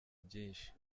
byinshi